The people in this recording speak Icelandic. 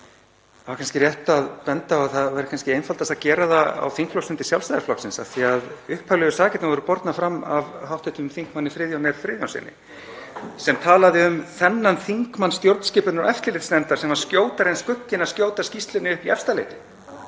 þá er kannski rétt að benda á að það væri kannski einfaldast að gera það á þingflokksfundi Sjálfstæðisflokksins af því að upphaflegu sakirnar voru bornar fram af hv. þm. Friðjóni R. Friðjónssyni sem talaði um þennan þingmann stjórnskipunar- og eftirlitsnefndar sem var skjótari en skugginn að skjóta skýrslunni upp í Efstaleiti.